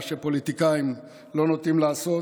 דבר שפוליטיקאים לא נוטים לעשות.